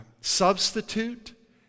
substitute